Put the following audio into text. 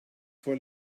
vor